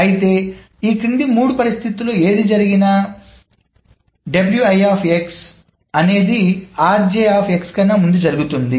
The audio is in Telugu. అయితే ఈ క్రింది మూడు పరిస్థితులలో ఏది జరిగినా విషయం అనేది కన్నా ముందుగా జరుగుతుంది